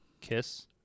kiss